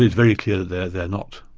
very clear they're they're not.